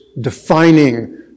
defining